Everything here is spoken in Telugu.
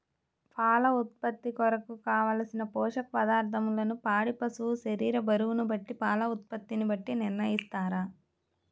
పాల ఉత్పత్తి కొరకు, కావలసిన పోషక పదార్ధములను పాడి పశువు శరీర బరువును బట్టి పాల ఉత్పత్తిని బట్టి నిర్ణయిస్తారా?